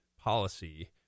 policy